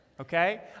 Okay